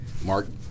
Mark